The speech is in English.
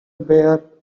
bare